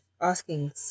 asking